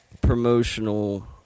promotional